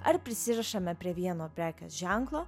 ar prisirišame prie vieno prekės ženklo